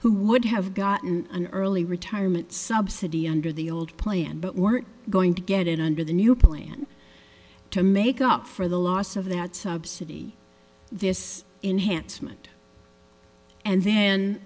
who would have gotten an early retirement subsidy under the old plan but weren't going to get it under the new plan to make up for the loss of that subsidy this inhance meant and then